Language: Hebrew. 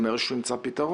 הוא אמר שהוא ימצא פתרון.